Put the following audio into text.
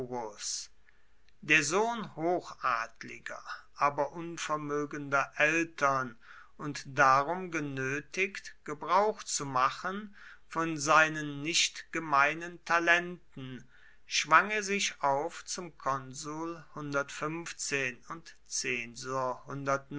der sohn hochadliger aber unvermögender eltern und darum genötigt gebrauch zu machen von seinen nicht gemeinen talenten schwang er sich auf zum konsul und zensor